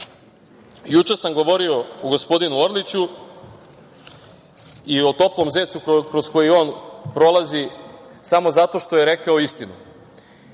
juče sam govorio o gospodinu Orliću i o toplom zecu kroz koji on prolazi samo zato što je rekao istinu.